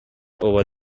over